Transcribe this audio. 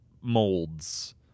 molds